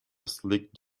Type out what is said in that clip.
sleek